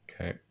okay